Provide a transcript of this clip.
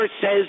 says